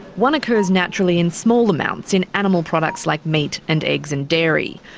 one occurs naturally in small amounts in animal products like meat and eggs and dairy,